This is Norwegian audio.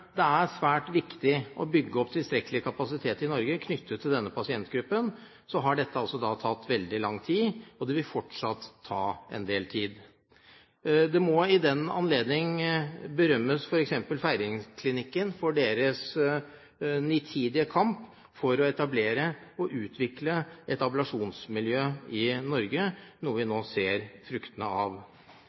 det er svært viktig å bygge opp tilstrekkelig kapasitet i Norge knyttet til denne pasientgruppen, har dette tatt veldig lang tid, og det vil fortsatt ta en del tid. Feiringklinikken må i den anledning berømmes for deres nitide kamp for å etablere og utvikle et ablasjonsmiljø i Norge, noe vi nå ser fruktene av.